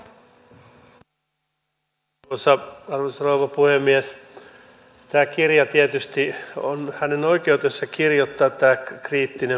tämä voi olla meille merkittävä asia siinä millä tavalla suomeen luodaan uutta elinkeinotoimintaa millä tavalla yritykset saavat luotua tuotteita maailmanmarkkinoille